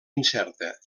incerta